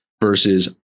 versus